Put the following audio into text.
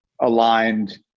aligned